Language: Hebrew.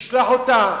נשלח אותה